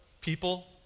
people